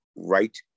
Right